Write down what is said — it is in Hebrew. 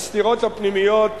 הסתירות הפנימיות,